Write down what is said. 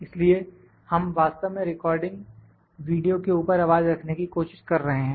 इसलिए हम वास्तव में रिकॉर्डिंग वीडियो के ऊपर आवाज़ रखने की कोशिश कर रहे हैं